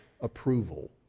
approval